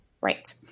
Right